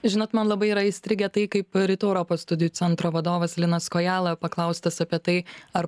žinot man labai yra įstrigę tai kaip rytų europos studijų centro vadovas linas kojala paklaustas apie tai ar